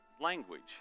language